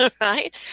Right